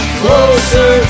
closer